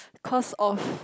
cause of